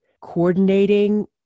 coordinating